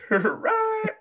Right